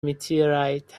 meteorite